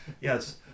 yes